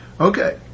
Okay